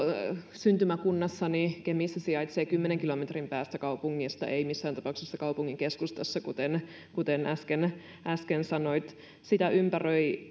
syntymäkunnassani kemissä sijaitsee kymmenen kilometrin päässä kaupungista ei missään tapauksessa kaupungin keskustassa kuten kuten äsken sanoit sitä ympäröi